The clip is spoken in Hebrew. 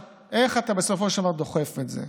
איך אתה בסופו של דבר דוחף את זה?